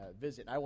visit